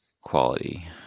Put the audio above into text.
quality